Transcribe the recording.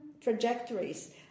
trajectories